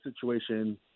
situation